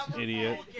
idiot